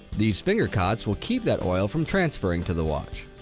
these finger cots will keep that oil from transferring to the watch.